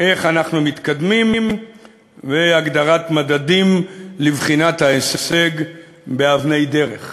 איך אנחנו מתקדמים ולהגדיר מדדים לבחינת ההישג באבני דרך.